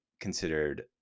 considered